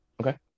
Okay